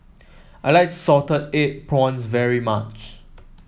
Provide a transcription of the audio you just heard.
I like Salted Egg Prawns very much